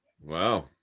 Wow